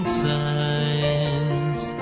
signs